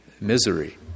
misery